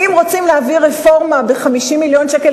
האם רוצים להביא רפורמה ב-50 מיליון שקל